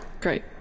great